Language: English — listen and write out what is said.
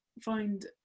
find